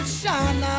shine